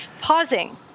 pausing